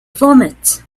vomit